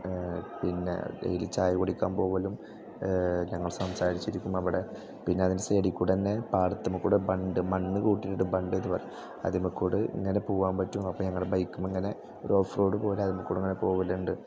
പിന്ന ഡെയിലി ചായ കുടിക്കാൻ പോകലും ഞങ്ങൾ സംസാരിച്ചിരിക്കും അവിടെ പിന്നെ അതിൻ്റെ സൈഡിൽ കൂടെ തന്നെ പാടത്തുമ്മൽ കൂടെ ബണ്ട് മണ്ണ് കൂട്ടിയിട്ട് ബണ്ട് അതിമ്മകൂടെ ഇങ്ങനെ പോവാൻ പറ്റും അപ്പം ഞങ്ങൾ ബൈക്കുമ്മൽ ഇങ്ങനെ ഓരു ഓഫ് റോഡ് പോലെ അതുമ്മക്കൂടെ ഇങ്ങനെ പോകലുണ്ട്